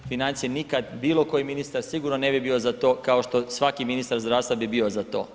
Financije nikad bilo koji ministar sigurno ne bi bio za to kao što svaki ministar zdravstva bi bio za to.